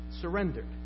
surrendered